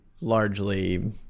largely